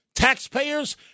Taxpayers